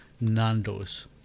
Nando's